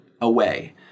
away